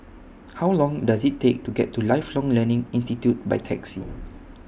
How Long Does IT Take to get to Lifelong Learning Institute By Taxi